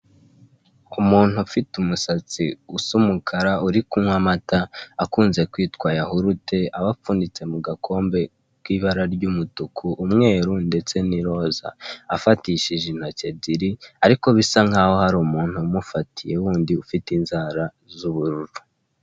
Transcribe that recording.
Umuntu ufite umusatsi usa umukara, uri kunywa amata akunze kwitwa yahurute aba apfunyitse mu gakombe k'ibara ry'umutuku, umweru ndetse n'iroza, afatishije intoki ebyiri ariko bisa nkaho hari umuntu umufatiye wundi ufite inzara z'ubururu.